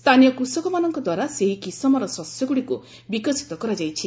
ସ୍ଥାନୀୟ କୃଷକମାନଙ୍କ ଦ୍ୱାରା ସେହି କିସମର ଶସ୍ୟଗୁଡ଼ିକୁ ବିକଶିତ କରାଯାଇଛି